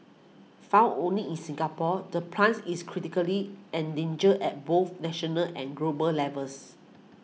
found only in Singapore the plans is critically endangered at both national and global levels